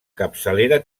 capçalera